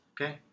Okay